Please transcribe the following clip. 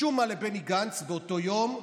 משום מה לבני גנץ באותו יום,